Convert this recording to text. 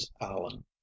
allen